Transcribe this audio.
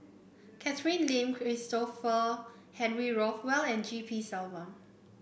Catherine Lim Christopher Henry Rothwell and G P Selvam